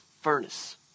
furnace